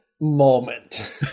moment